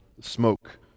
smoke